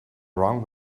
wrong